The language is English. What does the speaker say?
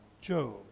Joe